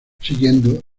siguiendo